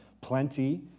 plenty